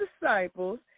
disciples